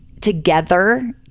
together